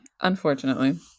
unfortunately